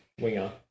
winger